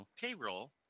Payroll